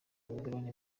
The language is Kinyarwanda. imigabane